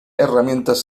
herramientas